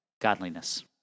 Godliness